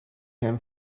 him